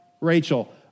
Rachel